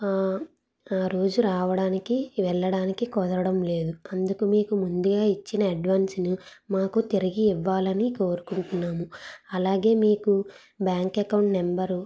ఆ రోజు రావడానికి వెళ్ళడానికి కుదరడం లేదు అందుకు మీకు ముందు ఇచ్చిన అడ్వాన్స్ను మాకు తిరిగి ఇవ్వాలని కోరుకుంటున్నాము అలాగే మీకు బ్యాంక్ అకౌంట్ నెంబరు